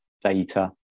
data